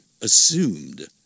assumed